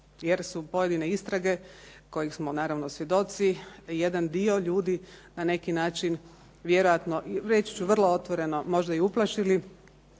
jer su pojedine istrage kojih smo naravno svjedoci, jedan dio ljudi na neki način vjerojatno, reći ću vrlo otvoreno, možda i uplašili.